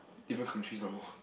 different country some more